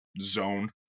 zone